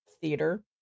Theater